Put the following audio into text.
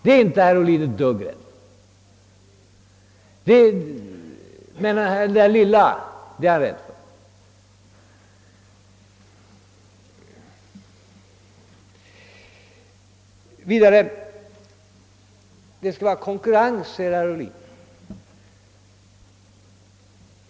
Det är inte herr Ohlin ett dugg rädd för, medan han däremot är rädd för det lilla statliga företaget. Vidare sade herr Ohlin att det skall vara konkurrens.